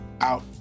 out